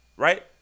Right